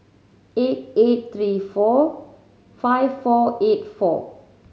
eight eight three four five four eight four